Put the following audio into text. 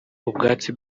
ubwatsi